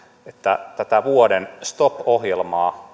että tätä vuoden stop ohjelmaa